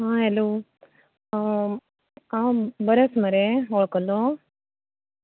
आं हॅलो हांव बरें आसा मरे वळखलो